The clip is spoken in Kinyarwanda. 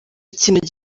ikintu